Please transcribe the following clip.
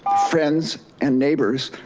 ah friends and neighbors.